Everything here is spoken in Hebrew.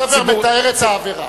הציבוריות, הספר מתאר את העבירה.